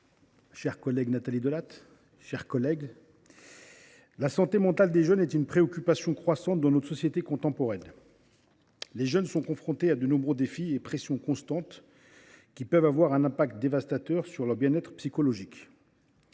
chers collègues, chère Nathalie Delattre, la santé mentale des jeunes est une préoccupation croissante dans la société contemporaine. Les jeunes sont confrontés à de nombreux défis et pressions constants, qui peuvent avoir un impact dévastateur sur leur bien être psychologique.